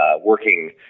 working